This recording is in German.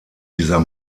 dieser